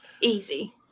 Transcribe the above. easy